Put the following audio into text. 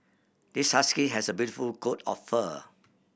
this husky has a beautiful coat of fur